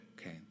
Okay